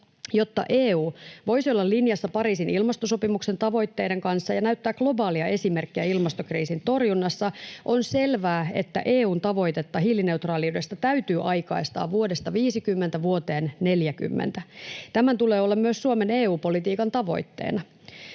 Jotta EU voisi olla linjassa Pariisin ilmastosopimuksen tavoitteiden kanssa ja näyttää globaalia esimerkkiä ilmastokriisin torjunnassa, on selvää, että EU:n tavoitetta hiilineutraaliudesta täytyy aikaistaa vuodesta 50 vuoteen 40. Tämän tulee olla myös Suomen EU-politiikan tavoitteena.